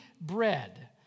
bread